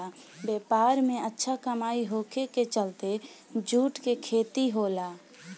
व्यापार में अच्छा कमाई होखे के चलते जूट के खेती होला